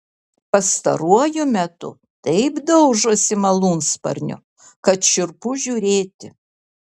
pastaruoju metu taip daužosi malūnsparniu kad šiurpu žiūrėti